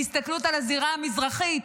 בהסתכלות על הזירה המזרחית,